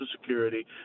security